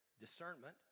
Discernment